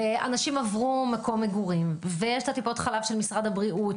ואנשים עברו מקום מגורים ויש טיפות החלב של משרד הבריאות